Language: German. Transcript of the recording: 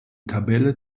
tabelle